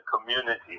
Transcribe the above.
community